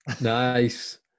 Nice